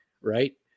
right